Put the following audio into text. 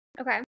Okay